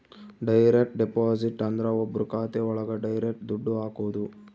direct deposit ಅಂದ್ರ ಒಬ್ರು ಖಾತೆ ಒಳಗ ಡೈರೆಕ್ಟ್ ದುಡ್ಡು ಹಾಕೋದು